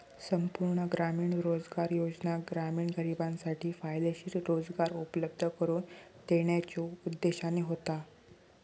संपूर्ण ग्रामीण रोजगार योजना ग्रामीण गरिबांसाठी फायदेशीर रोजगार उपलब्ध करून देण्याच्यो उद्देशाने होता